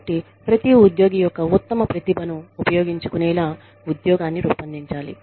కాబట్టి ప్రతి ఉద్యోగి యొక్క ఉత్తమ ప్రతిభను ఉపయోగించుకునేలా ఉద్యోగాన్ని రూపొందించాలి